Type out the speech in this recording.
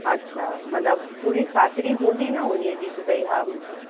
अच्छा मतिलब पूरी ख़ातिरी हूंदी न उन्हीअ जी की भई हा मूंखे